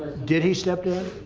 did he step down